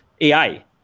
AI